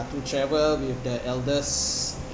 to travel with the elders